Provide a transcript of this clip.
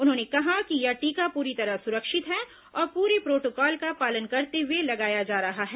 उन्होंने कहा कि यह टीका पूरी तरह सुरक्षित है और पूरे प्रोटोकॉल का पालन करते हुए लगाया जा रहा है